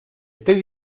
estoy